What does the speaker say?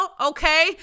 okay